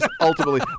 ultimately